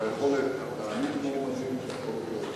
של היכולת להעמיד מועמדים בבחירות,